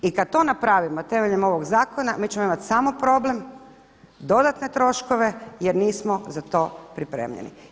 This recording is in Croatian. I kad to napravimo temeljem ovog zakona, mi ćemo imati samo problem, dodatne troškove jer nismo za to pripremljeni.